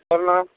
प्रणाम